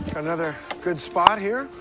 another good spot here.